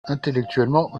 intellectuellement